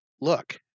Look